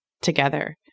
together